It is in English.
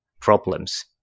problems